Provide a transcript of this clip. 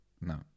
No